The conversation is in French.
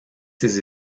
ses